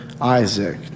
Isaac